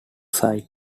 site